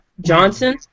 Johnson